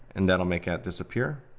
and that'll make that disappear.